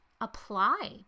apply